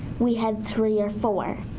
we had three or four.